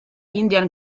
indian